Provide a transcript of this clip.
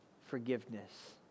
forgiveness